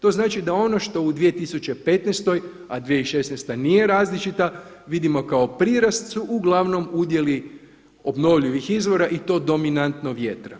To znači da ono što u 2015. a 2016. nije različita vidimo kao prirast su uglavnom udjeli obnovljivih izvora i to dominantno vjetra.